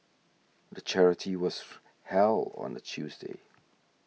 the charity was held on a Tuesday